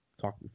talk